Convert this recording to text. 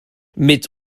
mit